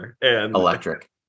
Electric